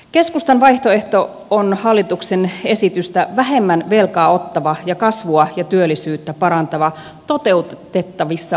keskustan vaihtoehto on hallituksen esitystä vähemmän velkaa ottava ja kasvua ja työllisyyttä parantava toteutettavissa oleva vaihtoehto